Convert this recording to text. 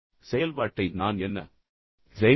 எனவே செயல்பாட்டை நான் என்ன செய்வேன்